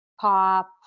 pop